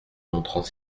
montrant